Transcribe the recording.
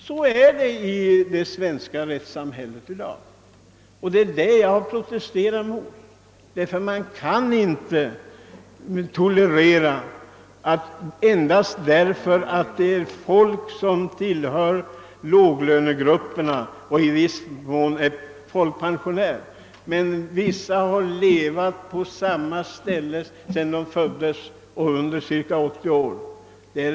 Så går det till i det svenska rättssamhället i dag. Det är mot detta jag har protesterat, ty man kan inte tolerera att folk enbart därför att de tillhör låglönegrupperna och i viss mån även är folkpensionärer — vissa av dem har levat på samma ställe alltsedan de föddes och under cirka 80 år — skall behandlas så.